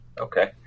Okay